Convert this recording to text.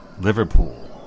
Liverpool